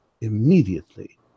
immediately